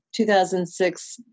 2006